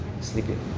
sleeping